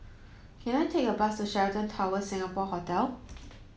can I take a bus to Sheraton Towers Singapore Hotel